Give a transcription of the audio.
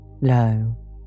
low